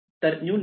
तर new node